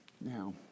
Now